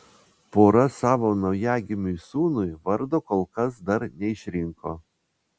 pora savo naujagimiui sūnui vardo kol kas dar neišrinko